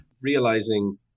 realizing